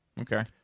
Okay